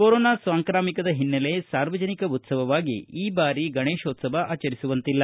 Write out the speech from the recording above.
corona ಸಾಂಕ್ರಾಮಿಕದ ಹಿನ್ನೆಲೆ ಸಾರ್ವಜನಿಕ ಉತ್ಸವವಾಗಿ ಈ ಬಾರಿ ಗಣೇಶೋತ್ಸವ ಆಚರಿಸುವಂತಿಲ್ಲ